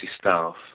staff